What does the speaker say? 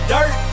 Dirt